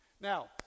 Now